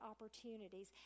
opportunities